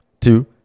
two